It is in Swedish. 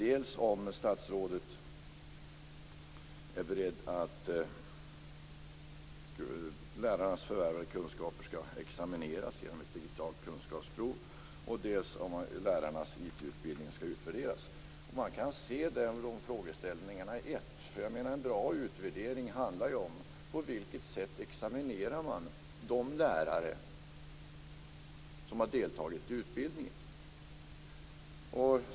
Dels frågar jag om statsrådet är beredd att låta examinera lärarnas förvärvade kunskaper genom ett digitalt kunskapsprov, dels om lärarnas IT-utbildning skall utvärderas. Man kan se de frågorna som en.